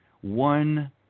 one